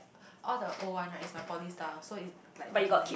all the old one right is my poly stuff so it like doesn't really